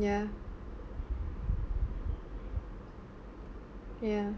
ya ya